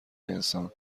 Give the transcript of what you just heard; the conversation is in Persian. انسان